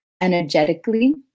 energetically